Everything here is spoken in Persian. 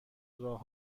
راه